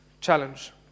challenge